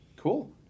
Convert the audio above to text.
Cool